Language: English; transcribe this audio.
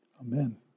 Amen